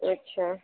अच्छा